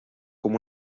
com